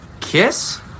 Kiss